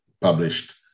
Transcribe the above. published